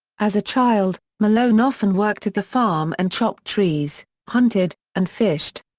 as a child, malone often worked at the farm and chopped trees, hunted, and fished.